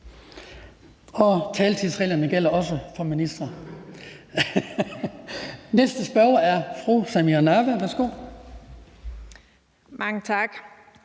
Taletidsreglerne gælder også for ministre. Næste spørger er fru Samira Nawa. Værsgo. Kl.